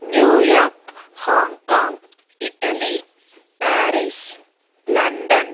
New York Hong Kong Italy Paris London